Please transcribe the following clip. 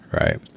right